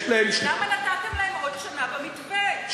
יש להם, למה נתת להם עוד שנה במתווה?